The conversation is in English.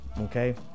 okay